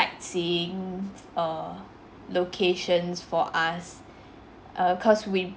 ~seeing err locations for us err cause we would prefer to go to those err places where we can sightsee